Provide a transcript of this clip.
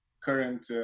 current